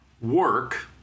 Work